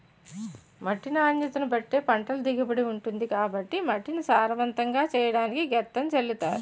మట్టి నాణ్యతను బట్టే పంటల దిగుబడి ఉంటుంది కాబట్టి మట్టిని సారవంతంగా చెయ్యడానికి గెత్తం జల్లుతారు